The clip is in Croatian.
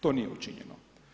To nije učinjeno.